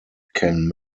can